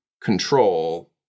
control